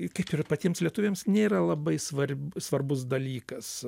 i kaip ir patiems lietuviams nėra labai svarb svarbus dalykas